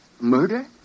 murder